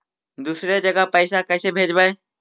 दुसरे जगह पैसा कैसे भेजबै?